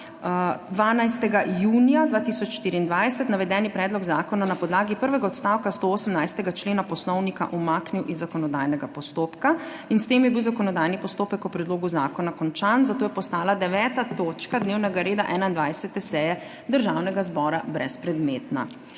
12. junija 2024, navedeni predlog zakona na podlagi prvega odstavka 118. člena Poslovnika umaknil iz zakonodajnega postopka. S tem je bil zakonodajni postopek o predlogu zakona končan, zato je postala 9. točka dnevnega reda 21. seje Državnega zbora brezpredmetna.